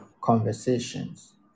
conversations